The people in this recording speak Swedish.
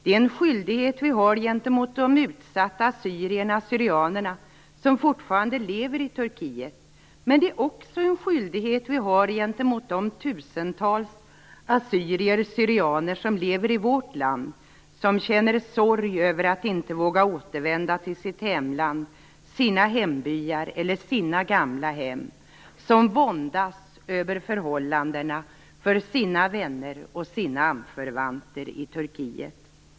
Det är en skyldighet vi har gentemot de utsatta assyrier syrianer som lever i vårt land, som känner sorg över att inte våga återvända till sitt hemland, sina hembyar eller sina gamla hem och som våndas över förhållandena för sina vänner och anförvanter i Turkiet.